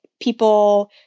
people